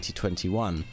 2021